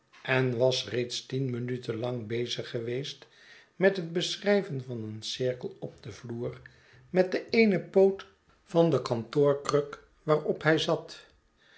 en was reeds tien minuten lang bezig geweest met het beschrijven van een cirkel op den vloer met den eenen poot van den kantoorkruk waarop hij zat